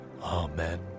Amen